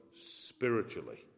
spiritually